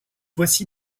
voici